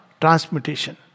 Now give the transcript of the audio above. transmutation